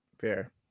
Fair